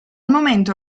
momento